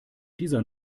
dieser